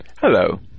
Hello